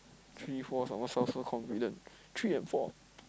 three four almost sound so confident three and four